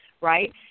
right